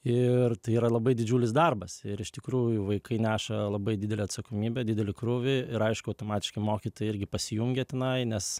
ir tai yra labai didžiulis darbas ir iš tikrųjų vaikai neša labai didelę atsakomybę didelį krūvį ir aišku automatiškai mokytojai irgi pasijungia tenai nes